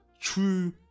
true